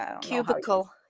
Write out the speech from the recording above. Cubicle